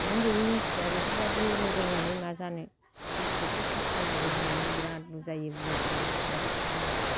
नों गोयैनि फिसाया बेफोरबायदि लुगैनानै मा जानो मेट्रिकखौ फास खालामगोर होननानै बिराद बुजायो बुङो आं गथ' सानैखौ खांनानै